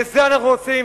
את זה אנחנו רוצים?